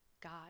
god